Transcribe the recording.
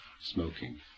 smoking